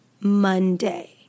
Monday